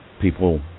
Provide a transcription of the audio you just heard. People